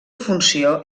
funció